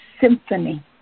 symphony